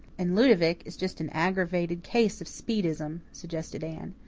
and ludovic is just an aggravated case of speedism, suggested anne.